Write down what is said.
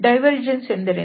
divergence ಎಂದರೇನು